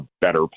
better